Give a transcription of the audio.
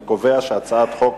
אני קובע שהצעת חוק